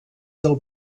del